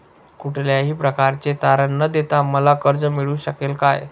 कुठल्याही प्रकारचे तारण न देता मला कर्ज मिळू शकेल काय?